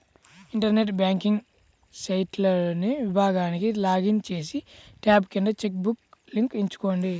internet banking సైట్లోని విభాగానికి login చేసి, ట్యాబ్ కింద చెక్ బుక్ లింక్ ఎంచుకోండి